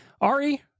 Ari